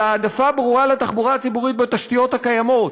אלא העדפה ברורה לתחבורה הציבורית בתשתיות הקיימות: